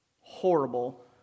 horrible